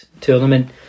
tournament